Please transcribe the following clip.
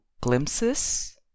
Glimpses